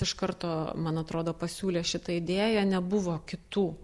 iš karto man atrodo pasiūlė šitą idėją nebuvo kitų